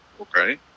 Okay